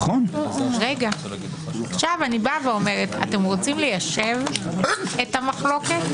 אתם רוצים ליישב את המחלוקת,